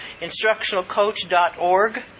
instructionalcoach.org